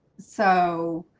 so